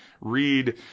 read